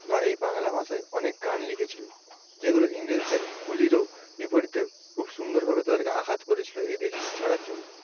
বা এই বাংলা ভাষায় অনেক গান লিখেছিলেন যেগুলো ইংরেজিদের গুলিরও বিপরীতে খুব সুন্দরভাবে তাদেরকে আঘাত করেছিল এই দেশ ছাড়ার জন্য